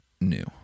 new